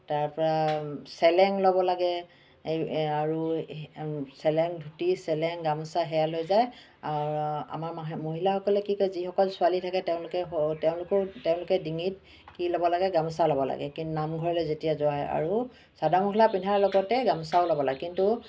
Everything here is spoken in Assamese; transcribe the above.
তাৰপৰা চেলেং ল'ব লাগে আৰু চেলেং ধূতি চেলেং গামোচা সেয়া লৈ যায় আৰু আমাৰ মহিলাসকলে কি কৰে যিসকল ছোৱালী থাকে তেওঁলোকে তেওঁলোকৰো তেওঁলোকে ডিঙিত কি ল'ব লাগে গামোচা ল'ব লাগে কিয়নো নামঘৰলৈ যেতিয়া যোৱা হয় আৰু চাদৰ মেখেলা পিন্ধাৰ লগতে গামোচাও ল'ব লাগে কিন্তু